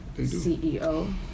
CEO